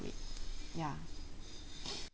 ya